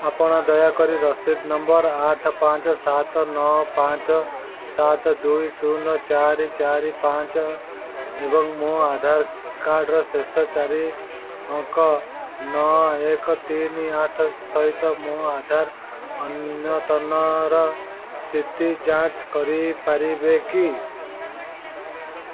ଆପଣ ଦୟାକରି ରସିଦ ନମ୍ବର ଆଠ ପାଞ୍ଚ ସାତ ନଅ ପାଞ୍ଚ ସାତ ଦୁଇ ଶୂନ ଚାରି ଚାରି ପାଞ୍ଚ ଏବଂ ମୋ ଆଧାର କାର୍ଡ଼ର ଶେଷ ଚାରି ଅଙ୍କ ନଅ ଏକ ତିନି ଆଠ ସହିତ ମୋ ଆଧାର ଅଦ୍ୟତନର ସ୍ଥିତି ଯାଞ୍ଚ କରିପାରିବେ କି